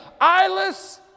eyeless